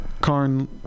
Karn